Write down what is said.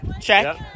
check